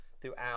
throughout